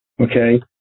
okay